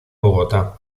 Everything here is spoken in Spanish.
bogotá